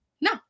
No